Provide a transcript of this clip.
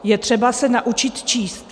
Je třeba se naučit číst.